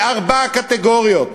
בארבע קטגוריות,